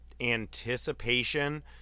anticipation